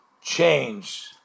change